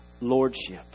lordship